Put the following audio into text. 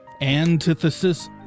Antithesis